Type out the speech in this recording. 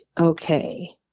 okay